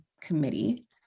Committee